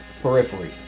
Periphery